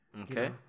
Okay